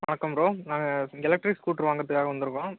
வணக்கம் ப்ரோ நாங்கள் electric scooter வாங்கிறதுக்காக வந்துருக்கோம்